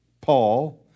Paul